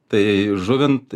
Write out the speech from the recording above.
tai žuvint